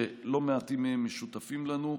שלא מעטים מהם משותפים לנו.